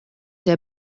der